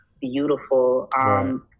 beautiful